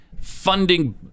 funding